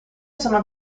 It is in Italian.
sono